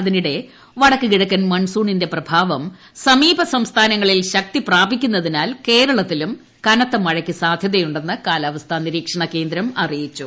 അതിനിടെ വടക്കുകിഴക്കൻ മൺസൂണിന്റെ പ്രഭാവം സമീപ സംസ്ഥാനങ്ങളിൽ ശക്തിപ്രാപിക്കുന്നതിനാൽ കേരളത്തിലും കനത്തമഴയ്ക്ക് സാധ്യതയുണ്ടെന്ന് കാലാവസ്ഥാ നിര്യീക്ഷ്ണ്കേന്ദ്രം അറിയിച്ചു